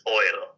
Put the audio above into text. oil